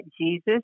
Jesus